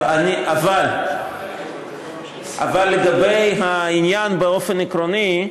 אבל לגבי העניין באופן עקרוני,